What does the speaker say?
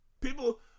People